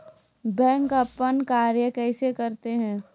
Bank अपन कार्य कैसे करते है?